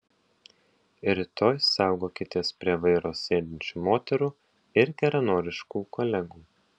rytoj saugokitės prie vairo sėdinčių moterų ir geranoriškų kolegų